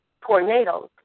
tornadoes